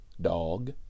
dog